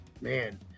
man